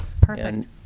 Perfect